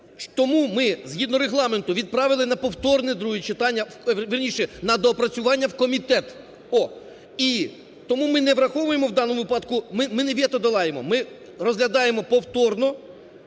Тому ми згідно Регламенту відправили на повторне друге читання… вірніше, на доопрацювання в комітет. О! І тому ми не враховуємо в даному випадку, ми не вето долаємо, ми розглядаємо повторно